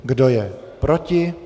Kdo je proti?